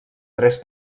tres